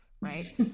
right